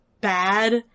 bad